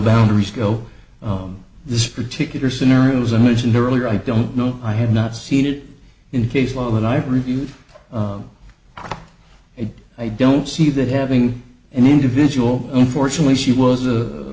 boundaries go on this particular scenarios and mentioned earlier i don't know i have not seen it in case law and i've reviewed it i don't see that having an individual unfortunately she was a